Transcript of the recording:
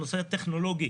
הנושא הטכנולוגי.